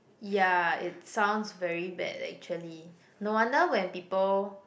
ya it sounds very bad actually no wonder when people